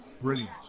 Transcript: brilliant